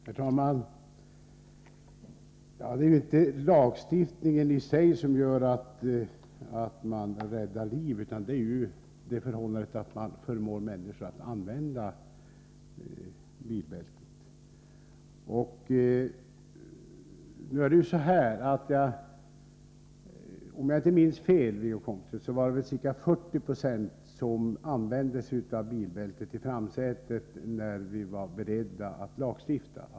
Herr talman! Det är inte lagstiftningen i sig som gör att man räddar liv, utan det är det förhållandet att man får människor att använda bilbältet. Om jag inte minns fel, Wiggo Komstedt, var det ca 40 96 som använde sig av bilbältet i framsätet när vi för tio år sedan var beredda att lagstifta.